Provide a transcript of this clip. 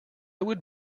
would